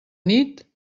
nit